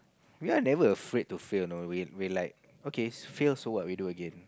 we're never afraid to fail you know we we're like okay fail so what we do again